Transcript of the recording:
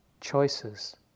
choices